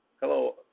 Hello